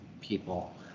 people